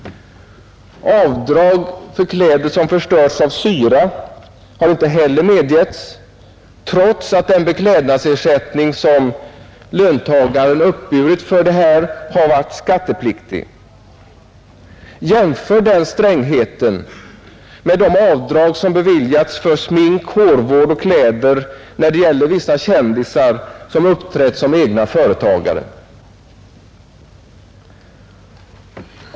Avdrag för kläder som förstörts av syra har inte heller medgetts trots att den beklädnadsersättning som löntagaren uppburit för detta varit skattepliktig. Denna stränghet kan jämföras med de avdrag som beviljats för smink, hårvård och kläder när det gäller vissa kändisar som uppträtt som egna företagare.